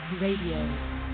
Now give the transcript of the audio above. Radio